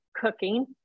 cooking